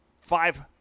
five